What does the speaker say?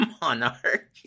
monarch